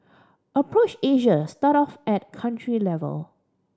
approach Asia start off at country level